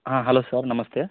ಹಾಂ hello sir ನಮಸ್ತೆ